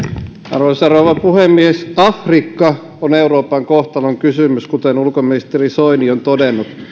arvoisa rouva puhemies afrikka on euroopan kohtalonkysymys kuten ulkoministeri soini on todennut